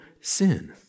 sin